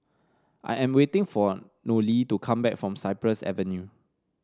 I am waiting for Nolie to come back from Cypress Avenue